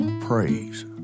praise